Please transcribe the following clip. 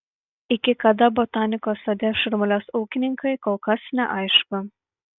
iki kada botanikos sode šurmuliuos ūkininkai kol kas neaišku